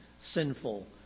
sinful